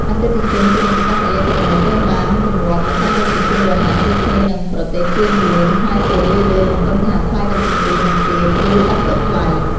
អតិថិជន ពាណិជ្ជកម្មអេឡិចត្រូនិក ត្រូវបានទម្លាប់នឹងការដឹកជញ្ជូនរហ័ស (ដូចគ្នានឹងប្រទេសជឿនលឿន) ហើយជារឿយៗរំពឹងថាថ្លៃដឹកជញ្ជូននឹងទាប ឬឥតគិតថ្លៃ។